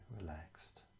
relaxed